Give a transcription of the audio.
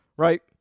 Right